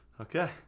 Okay